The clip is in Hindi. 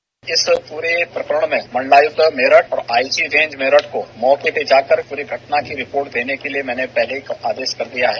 बाइट इस पूरे प्रकरण में मंडलायुक्त मेरठ और आईजी रेंज मेरठ को मौके पर जाकर पूरे घटना की रिपोर्ट देने के लिए मैंने पहले ही एक आदेश कर दिया है